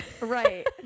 right